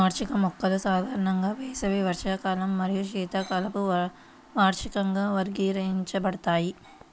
వార్షిక మొక్కలు సాధారణంగా వేసవి వార్షికాలు మరియు శీతాకాలపు వార్షికంగా వర్గీకరించబడతాయి